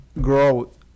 growth